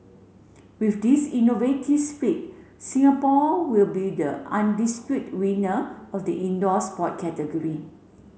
with this innovative split Singapore will be the undispute winner of the indoor sport category